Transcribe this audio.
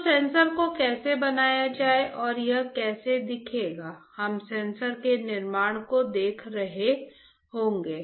तो सेंसर को कैसे बनाया जाए और यह कैसा दिखेगा हम सेंसर के निर्माण को देख रहे होंगे